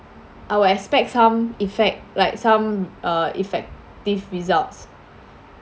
I will expect some effect like some uh effective results